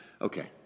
Okay